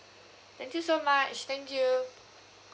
thank you so much thank you